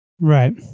right